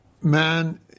man